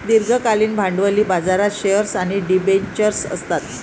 दीर्घकालीन भांडवली बाजारात शेअर्स आणि डिबेंचर्स असतात